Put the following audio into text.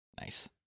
Nice